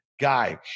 Guy